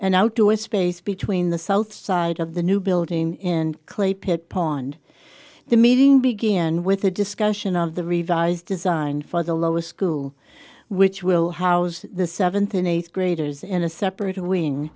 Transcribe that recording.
and outdoor space between the south side of the new building in clay pit pond the meeting began with a discussion of the revised design for the lower school which will house the seventh and eighth graders in a separate